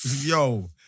Yo